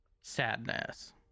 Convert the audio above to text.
Sadness